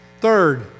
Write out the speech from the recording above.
Third